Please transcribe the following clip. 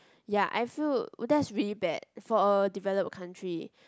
ya I feel that's really bad for a developed country